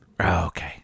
Okay